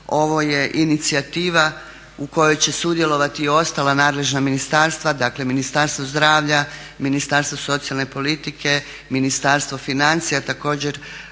Ovo je inicijativa u kojoj će sudjelovati i ostala nadležna ministarstva, dakle Ministarstvo zdravlja, Ministarstvo socijalne politike, Ministarstvo financija. Također